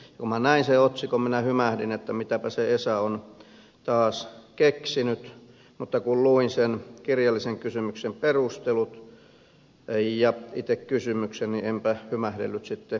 kun minä näin sen otsikon minä hymähdin että mitäpä se esa on taas keksinyt mutta kun luin sen kirjallisen kysymyksen perustelut ja itse kysymyksen niin enpä hymähdellyt sitten enää